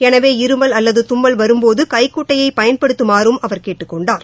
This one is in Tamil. எனவே இருமல் அல்லது தம்மல் வரும்போது கைகுட்டையை பயன்படுத்தமாறு அவர் கேட்டுக்கொண்டார்